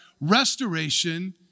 Restoration